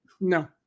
No